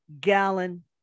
gallon